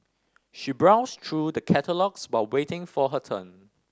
she browsed through the catalogues while waiting for her turn